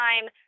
time